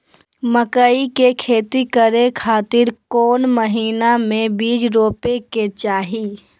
मकई के खेती करें खातिर कौन महीना में बीज रोपे के चाही?